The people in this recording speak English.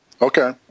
Okay